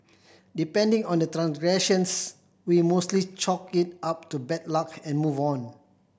depending on the transgressions we mostly chalk it up to bad luck and move on